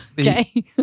Okay